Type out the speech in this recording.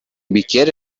bicchiere